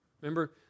Remember